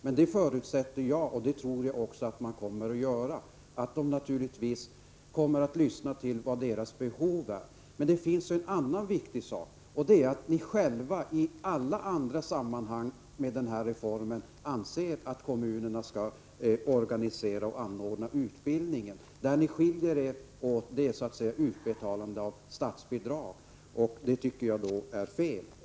Men jag förutsätter att man kommer att lyssna till invandrarna och jag tror att man kommer att tillgodose deras behov. En annan viktig sak är att moderaterna anser att kommunerna skall organisera och anordna utbildningen. Den punkt där ni skiljer er från oss andra gäller utbetalandet av statsbidrag.